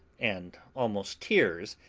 and almost tears,